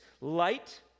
light